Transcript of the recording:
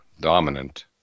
dominant